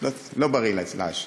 לא בריא לעשן.